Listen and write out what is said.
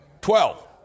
Twelve